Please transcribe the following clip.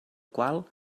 qual